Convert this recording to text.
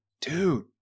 dude